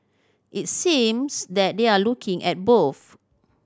it seems that they're looking at both